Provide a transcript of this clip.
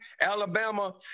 Alabama